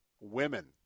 Women